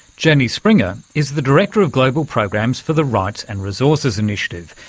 jenny springer is the director of global programs for the rights and resources initiative,